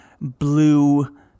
blue